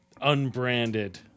Unbranded